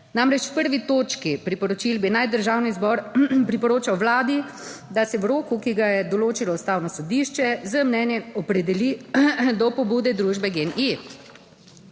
Namreč v 1. točki priporočil bi, naj Državni zbor priporočal Vladi, da se v roku, ki ga je določilo Ustavno sodišče z mnenjem opredeli do pobude družbe Gen-I.